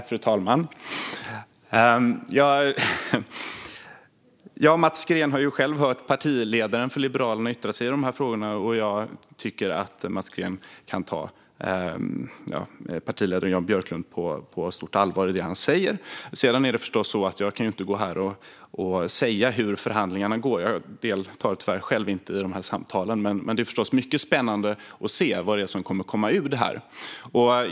Fru talman! Mats Green har själv hört partiledaren för Liberalerna yttra sig i dessa frågor, och jag tycker att Mats Green kan ta Jan Björklund på stort allvar i det han säger. Sedan är det förstås så att jag inte kan stå här och säga hur förhandlingarna går; jag deltar tyvärr inte i samtalen själv. Men det är förstås mycket spännande att se vad som kommer ur detta.